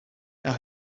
now